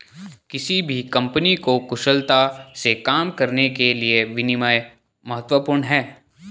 किसी भी कंपनी को कुशलता से काम करने के लिए विनियम महत्वपूर्ण हैं